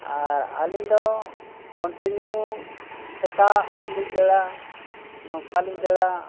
ᱟᱨ ᱟᱹᱞᱤᱧ ᱫᱚ ᱠᱚᱱᱴᱤᱱᱤᱭᱩ ᱥᱮᱛᱟᱜ ᱞᱤᱧ ᱫᱟᱹᱲᱟ ᱱᱚᱝᱠᱟᱞᱤᱧ ᱫᱟᱹᱲᱟ